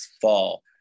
fall